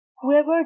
Whoever